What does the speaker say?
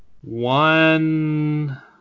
One